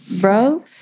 bro